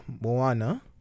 Moana